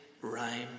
rhyme